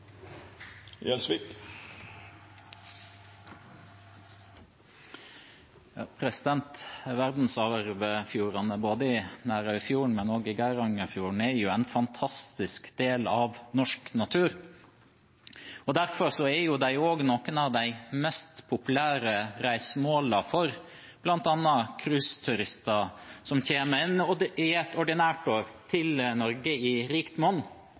jo en fantastisk del av norsk natur. Derfor er de også noen av de mest populære reisemålene for bl.a. cruiseturister, som i et ordinært år kommer hit til Norge i rikt monn.